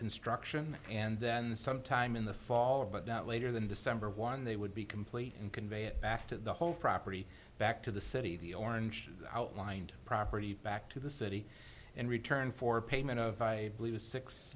construction and then sometime in the fall of but not later than december one they would be complete and convey it back to the whole property back to the city the orange outlined property back to the city in return for payment of i believe is six